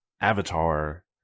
Avatar